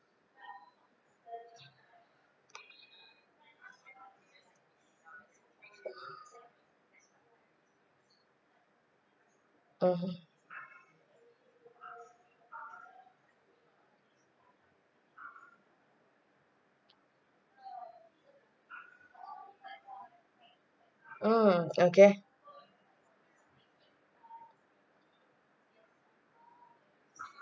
mmhmm mm okay